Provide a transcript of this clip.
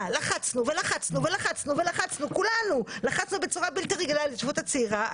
לחצנו ולחצנו כולנו בצורה בלתי רגילה על ההתיישבות הצעירה.